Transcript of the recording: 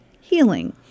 healing